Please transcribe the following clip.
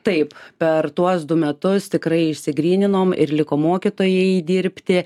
taip per tuos du metus tikrai išsigryninom ir liko mokytojai dirbti